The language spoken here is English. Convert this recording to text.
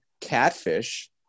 Catfish